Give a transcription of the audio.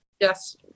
Yes